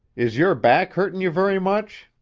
is your back hurtin' you very much?